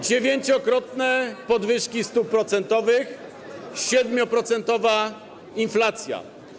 Dziewięciokrotne podwyżki stóp procentowych, 7-procentowa inflacja.